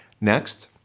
Next